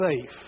safe